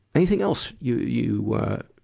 anything else you, you, ah,